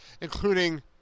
including